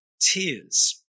tears